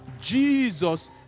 Jesus